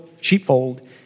sheepfold